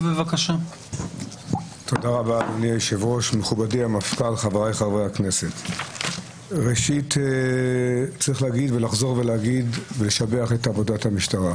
אדוני המפכ"ל, אתה צריך להיות גאה שאלה שוטריך.